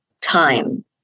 time